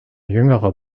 jüngerer